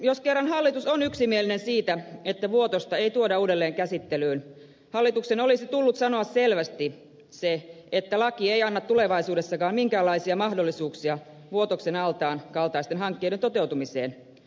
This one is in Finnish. jos kerran hallitus on yksimielinen siitä että vuotosta ei tuoda uudelleen käsittelyyn hallituksen olisi tullut sanoa selvästi se että laki ei anna tulevaisuudessakaan minkäänlaisia mahdollisuuksia vuotoksen altaan kaltaisten hankkeiden toteutumiseen